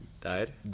Died